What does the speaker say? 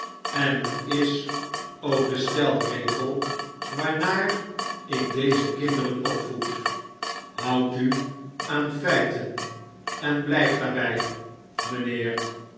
en net is ook de steiregel dickens slechte tijdm slechte tijden waarnaar ik deze kinderen opvoed houd u aan feiten en blijf daarbij mijnheer